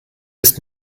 ist